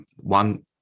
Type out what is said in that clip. one